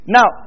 Now